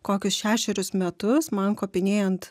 kokius šešerius metus man kopinėjant